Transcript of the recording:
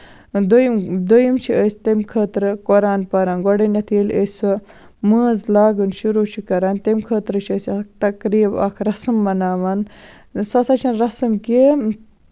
دوٚیِم دوٚیِم چھُ أسۍ تَمہِ خٲطرٕ قرآن پَران گۄڈٕنیتھ ییٚلہِ أسۍ سُہ مٲنز لاگٕنۍ شُروع چھِ کران تَمہِ خٲطرٕ چھِ أسۍ اکھ تَقریٖب اکھ رَسٕم مَناوان سۄ ہسا چھےٚ نہٕ رَسٕم کیٚنہہ